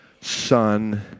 Son